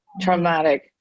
traumatic